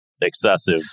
excessive